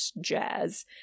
jazz